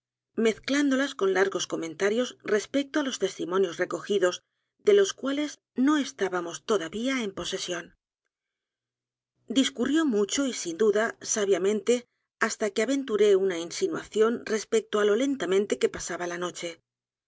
mezclándolas con largos comentarios respecto á los testimonios recogidos de los cuales no estábamos el misterio de maría rogét todavía en posesión discurrió mucho y sin duda sabiamente hasta que aventuré una insinuación respecto á lo lentamente que pasaba la noche